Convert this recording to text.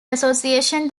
association